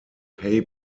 hey